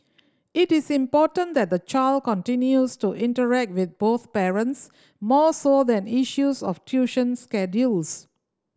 it is important that the child continues to interact with both parents more so than issues of tuition schedules